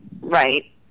right